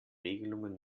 regelungen